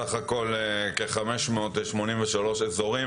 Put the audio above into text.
סה"כ כ-583 אזורים.